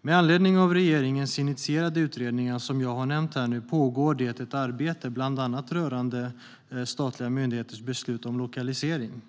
Med anledning av regeringens initierade utredningar som jag har nämnt pågår det ett arbete bland annat rörande statliga myndigheters beslut om lokalisering.